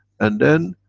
and then,